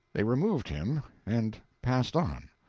they removed him and passed on.